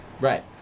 Right